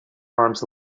harms